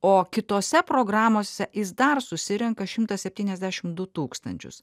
o kitose programose jis dar susirenka šimtą septyniasdešim du tūkstančius